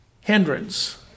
hindrance